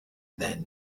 than